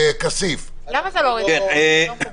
כסיף, בבקשה.